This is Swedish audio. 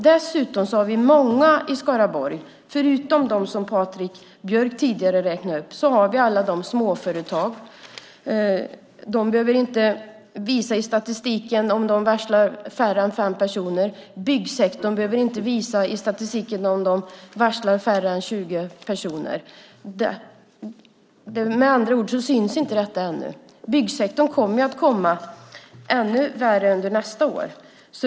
Dessutom har vi många andra i Skaraborg förutom dem som Patrik Björck tidigare räknade upp. Vi har många småföretag. De behöver inte visa i statistiken om de varslar färre än fem personer. Byggsektorn behöver inte visa i statistiken om de varslar färre än 20 personer. Med andra ord syns inte detta ännu. Byggsektorn kommer att drabbas ännu värre under nästa år.